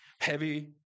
heavy